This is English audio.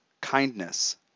kindness